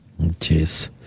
Jeez